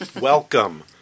Welcome